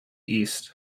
east